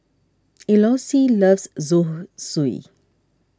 Eloise loves Zosui